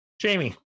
Jamie